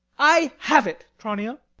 i have it, tranio.